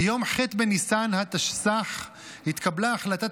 ביום ח' בניסן התשס"ח התקבלה החלטת